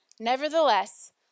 Nevertheless